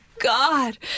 God